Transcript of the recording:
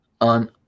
on